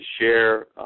share